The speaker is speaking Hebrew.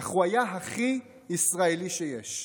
אך הוא היה הכי ישראלי שיש.